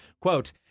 quote